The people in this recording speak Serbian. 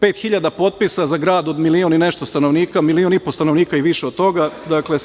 5.000 potpisa za grad od milion i nešto stanovnika, milion i po stanovnika i više od toga. Dakle,